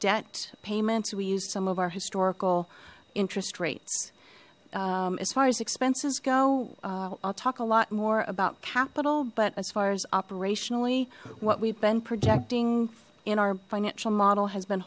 debt payments we used some of our historical interest rates as far as expenses go i'll talk a lot more about capital but as far as operationally what we've been projecting in our financial model has been